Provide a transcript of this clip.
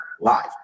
Live